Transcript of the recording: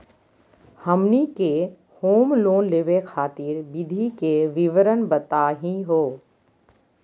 हमनी के home loan लेवे खातीर विधि के विवरण बताही हो?